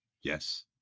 Yes